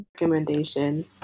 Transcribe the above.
recommendation